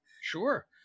sure